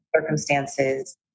circumstances